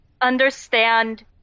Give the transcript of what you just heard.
understand